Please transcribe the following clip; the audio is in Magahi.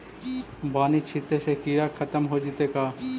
बानि छिटे से किड़ा खत्म हो जितै का?